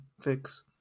fix